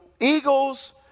eagles